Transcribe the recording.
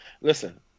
Listen